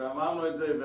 60,